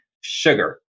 sugar